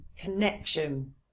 connection